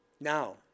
Now